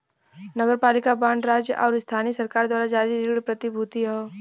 नगरपालिका बांड राज्य आउर स्थानीय सरकार द्वारा जारी ऋण प्रतिभूति हौ